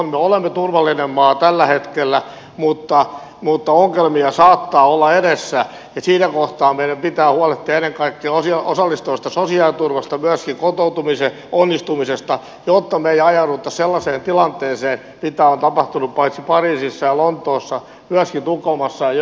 me olemme turvallinen maa tällä hetkellä mutta ongelmia saattaa olla edessä ja siinä kohtaa meidän pitää huolehtia ennen kaikkea osallistavasta sosiaaliturvasta ja myöskin kotoutumisen onnistumisesta jotta me emme ajautuisi sellaiseen tilanteeseen mitä on tapahtunut paitsi pariisissa ja lontoossa myöskin tukholmassa ja göteborgissa